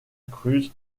cruz